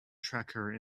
tracker